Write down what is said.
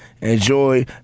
enjoy